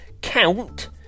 Count